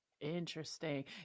Interesting